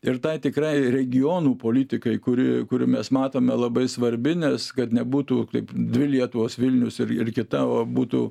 ir tai tikrai regionų politikai kuri kuri mes matome labai svarbi nes kad nebūtų taip dvi lietuvos vilnius ir ir kita o būtų